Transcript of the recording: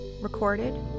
recorded